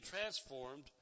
transformed